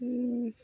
ऊ ऊ